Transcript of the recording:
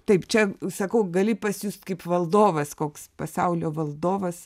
taip čia sakau gali pasijust kaip valdovas koks pasaulio valdovas